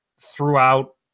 throughout